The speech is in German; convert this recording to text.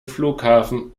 flughafen